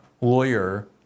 lawyer